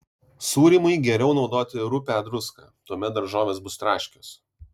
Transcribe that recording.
sūrymui geriau naudoti rupią druską tuomet daržovės bus traškios